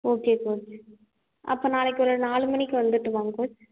okay coach அப்போ நாளைக்கு ஒரு நாலு மணிக்கு வந்துடட்டுமாங்க கோச்